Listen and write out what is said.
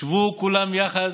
שבו כולם יחד